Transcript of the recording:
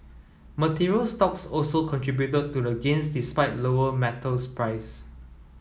materials stocks also contributed to the gains despite lower metals price